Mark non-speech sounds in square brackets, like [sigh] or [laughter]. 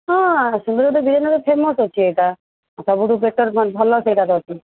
ହଁ ଆସନ୍ତୁ [unintelligible] ର ଫେମସ୍ ଅଛି ଏଇଟା ସବୁଠୁ ବେଟର୍ ତ ଭଲ ସେଇଟା ଅଛି